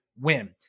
win